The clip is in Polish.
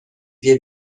wie